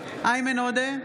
בעד איימן עודה,